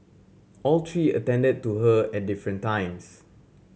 all three attended to her at different times